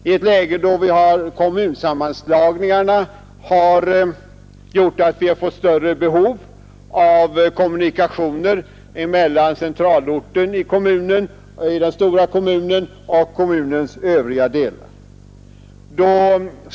I rådande läge med de kommunsammanslagningar som förekommer har vi fått större behov av kommunikationer mellan olika delar av kommunerna.